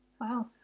Wow